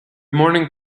morning